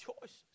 choices